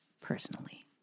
personally